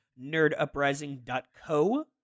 nerduprising.co